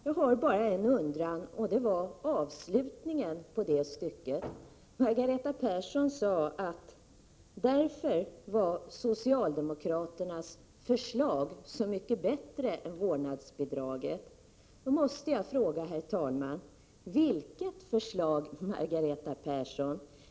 Jag har bara en undran och det var beträffande avslutningen på det stycket. Margareta Persson sade att därför var socialdemokraternas förslag så mycket bättre än vårdnadsbidraget. Då måste jag fråga, herr talman: Vilket förslag, Margareta Persson?